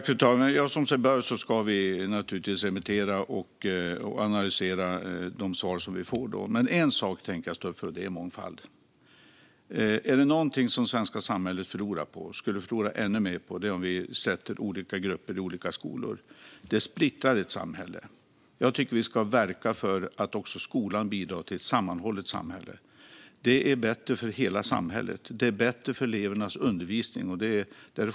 Fru talman! Som sig bör ska vi naturligtvis remittera och analysera de svar som vi får. Men en sak tänker jag stå upp för, och det är mångfald. Är det någonting som det svenska samhället skulle förlora på är det om vi skulle sätta olika grupper i olika skolor. Det splittrar ett samhälle. Jag tycker att vi ska verka för att också skolan bidrar till ett sammanhållet samhälle. Det är bättre för hela samhället, och det är bättre för elevernas undervisning.